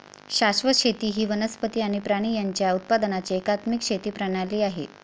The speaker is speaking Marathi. शाश्वत शेती ही वनस्पती आणि प्राणी यांच्या उत्पादनाची एकात्मिक शेती प्रणाली आहे